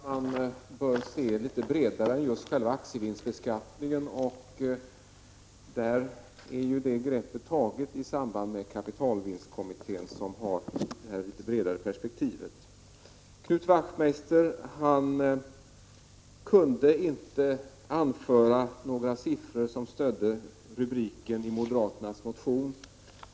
Herr talman! Jag tror att man bör se frågan i ett litet bredare perspektiv och inte bara inrikta sig på själva aktievinstbeskattningen. Ett sådant grepp är taget i samband med tillsättandet av kapitalvinstkommittén, som har att arbeta med det litet bredare perspektivet. Knut Wachtmeister kunde inte anföra några siffror som stödde rubriken i moderaternas motion.